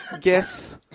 Guess